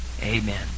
Amen